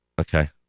Okay